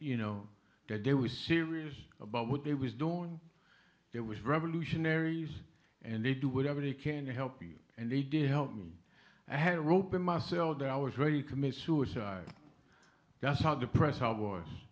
you know that they were serious about what they was doing it was revolutionaries and they do whatever they can to help you and they did help me i had a rope in my cell that i was very commits suicide that's how the press